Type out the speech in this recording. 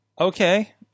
Okay